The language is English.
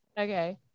Okay